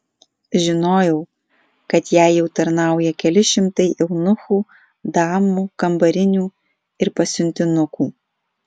žinojau kad jai jau tarnauja keli šimtai eunuchų damų kambarinių ir pasiuntinukų